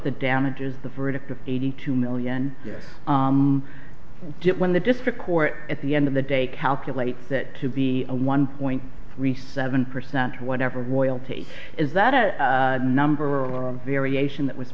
the damages the verdict of eighty two million just when the district court at the end of the day calculates that to be a one point three seven percent or whatever welty is that a number or a variation that was